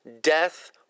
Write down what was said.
death